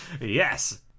Yes